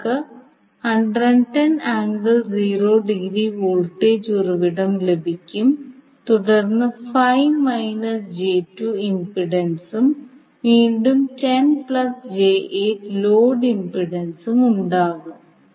നിങ്ങൾക്ക് വോൾട്ടേജ് ഉറവിടം ലഭിക്കും തുടർന്ന് ഇംപെഡൻസും വീണ്ടും ലോഡ് ഇംപെഡൻസും ഉണ്ടാകും